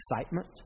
excitement